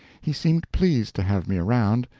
he seemed pleased to have me around,